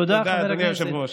תודה, אדוני היושב-ראש.